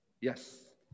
Yes